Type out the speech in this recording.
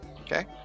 Okay